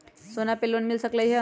सोना से लोन मिल सकलई ह?